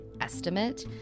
estimate